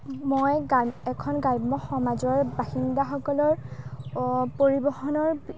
মই গ্ৰাম্য এখন গ্ৰাম্য সমাজৰ বাসিন্দাসকলৰ পৰিবহণৰ